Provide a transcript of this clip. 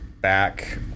Back